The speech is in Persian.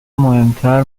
مهمتر